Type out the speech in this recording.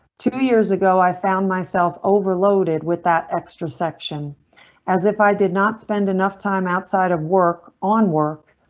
two years ago i found myself overloaded with that extra section as if i did not spend enough time outside of work on work.